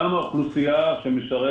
גם בקרב האוכלוסייה שמשרת